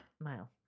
Mile